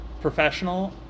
professional